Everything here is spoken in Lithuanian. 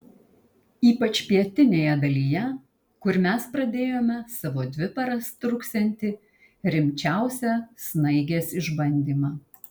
ypač pietinėje dalyje kur mes pradėjome savo dvi paras truksiantį rimčiausią snaigės išbandymą